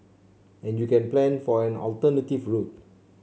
and you can plan for an alternative route